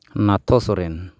ᱱᱟᱛᱷᱚ Soren